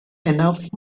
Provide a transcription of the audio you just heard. enough